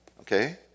okay